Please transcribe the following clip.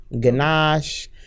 ganache